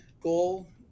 goal